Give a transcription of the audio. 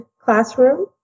classroom